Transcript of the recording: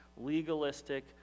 legalistic